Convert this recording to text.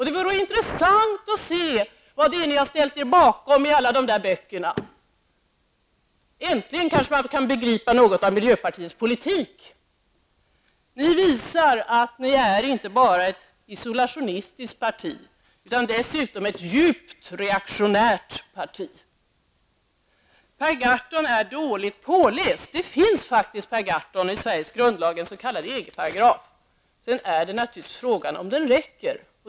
Det vore intressant att se vad det är i alla de där böckerna som ni har ställt er bakom. Äntligen kanske man kan begripa något av miljöpartiets politik. Ni visar att ni inte bara är ett isolationistiskt parti utan dessutom ett djupt reaktionärt parti. Per Gahrton är dåligt påläst. Det finns faktiskt i Sveriges grundlag en s.k. EG-paragraf, men frågan är naturligtvis om den räcker.